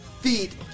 feet